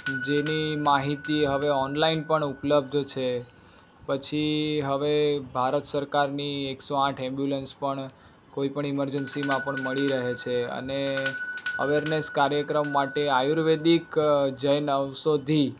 જેની માહિતી હવે ઓનલાઈન પણ ઉપલબ્ધ છે પછી હવે ભારત સરકારની એકસો આઠ એંબ્યુલન્સ પણ કોઈપણ ઇમરજન્સીમાં પણ મળી રહે છે અને અવેરનેસ કાર્યક્રમ માટે આયુર્વેદિક જન ઔષધિ